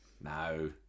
no